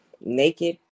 naked